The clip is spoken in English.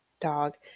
dog